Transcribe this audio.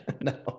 No